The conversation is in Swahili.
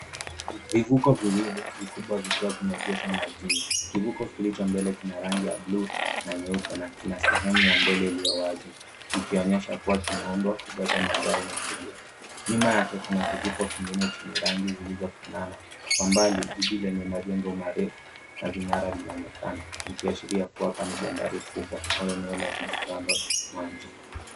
Vivuko viwili vikubwa vikiwa vimeegeshwa majini. Kivuko kile cha mbele kina rangi ya buluu na nyeupe na kina sehemu ya mbele iliyo wazi ikionyesha kuwa kimeundwa kubeba magari na abiria. Nyuma yake kuna kivuko kingine chenye rangi zilizofanana. Kwa mbali jiji lenye majengo merefu na minara linaonekana likiashiria kuwa hapa ni bandari kubwa au eneo la jiji kando ya maji.